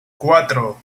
cuatro